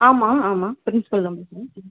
ஆமாம் ஆமாம் பிரின்ஸ்பல் தான் பேசுகிறேன்